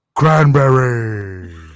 Cranberry